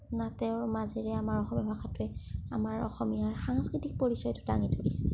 নাটৰ মাজেৰে আমাৰ অসমীয়া ভাষাটোৱে আমাৰ অসমীয়া সাংস্কৃতিক পৰিচয়টো দাঙি ধৰিছে